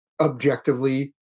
objectively